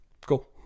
Cool